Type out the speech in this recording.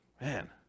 man